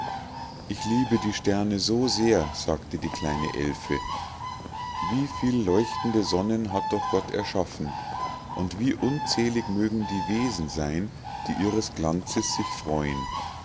ich liebe die sterne so sehr sagte die kleine elfe wie viel leuchtende sonnen hat doch gott erschaffen und wie unzählig mögen die wesen sein die ihres glanzes sich freuen